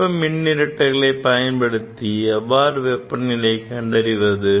வெப்ப மின்இரட்டையை பயன்படுத்தி வெப்ப நிலையை எவ்வாறு கண்டறிவது